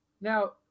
Now